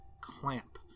clamp